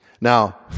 Now